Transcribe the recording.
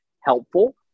helpful